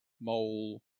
mole